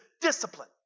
discipline